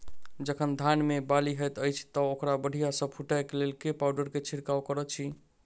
जखन धान मे बाली हएत अछि तऽ ओकरा बढ़िया सँ फूटै केँ लेल केँ पावडर केँ छिरकाव करऽ छी?